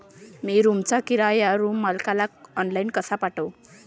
मी रूमचा किराया रूम मालकाले ऑनलाईन कसा पाठवू?